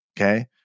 okay